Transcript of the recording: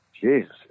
Jesus